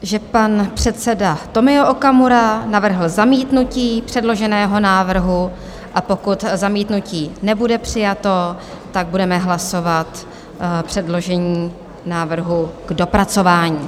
Konstatuji, že pan předseda Tomio Okamura navrhl zamítnutí předloženého návrhu a pokud zamítnutí nebude přijato, tak budeme hlasovat předložení návrhu k dopracování.